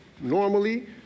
normally